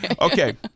Okay